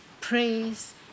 praise